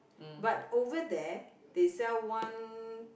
but over there they sell one